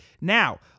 Now